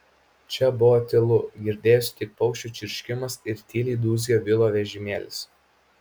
čia buvo tylu girdėjosi tik paukščių čirškimas ir tyliai dūzgė vilo vežimėlis